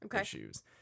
issues